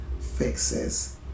fixes